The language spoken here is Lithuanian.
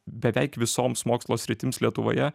beveik visoms mokslo sritims lietuvoje